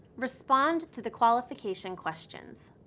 respond to the qualification questions.